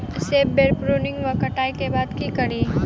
सेब बेर केँ प्रूनिंग वा कटाई केँ बाद की करि?